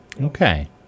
Okay